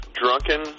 drunken